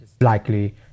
likely